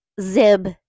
Zib